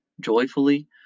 joyfully